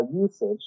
usage